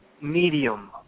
medium